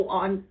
on